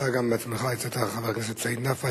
גם אתה בעצמך הצעת, חבר הכנסת סעיד נפאע.